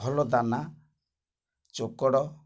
ଭଲ ଦାନା ଚୋକଡ଼